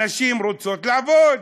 הנשים רוצות לעבוד,